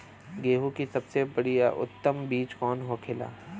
गेहूँ की सबसे उत्तम बीज कौन होखेला?